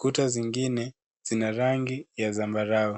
Kuta zingine zina rangi ya zambarau.